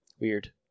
Weird